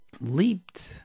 leaped